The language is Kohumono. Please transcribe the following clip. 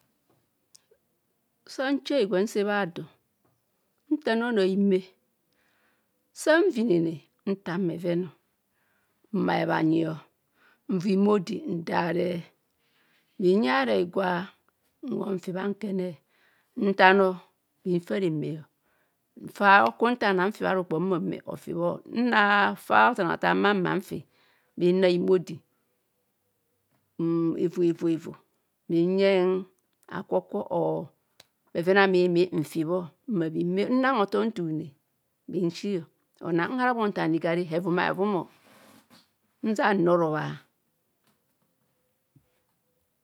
Sa nchi higwa nse adon. Nta nna onoo a hime nsa. Nvinene nthaan bheven, mbae. bhanyi nva imu odi ndare. bhinyaare higwa nhob. bhunfi bha nkene nthaan. bhinfaa reme faa bhokubho. nta na fi bharukpon. nhumo me nti bho nna fa othana than bho ma. ng fi bhinana imu ode. Ivu- ivu- ivu bhinyeng. akwo or bheven a mmu inti. bho. Nang hothom ntaano munne insi onang hare bhinthaan. Igari hevun avum inzia nrurubha